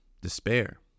despair